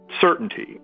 certainty